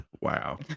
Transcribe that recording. wow